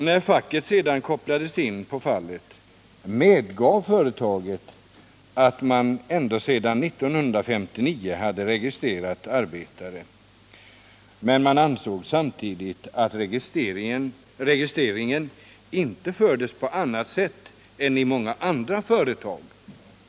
När facket sedan kopplades in på fallet medgav företaget att man ända sedan 1959 hade registrerat arbetare vid företaget, men man ansåg att registreringen inte fördes på annat sätt än som skedde i många andra företag.